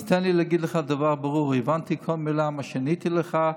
אז תן לי להגיד לך דבר ברור: הבנתי כל מילה ממה שעניתי לך,